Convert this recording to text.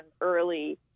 early